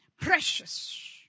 precious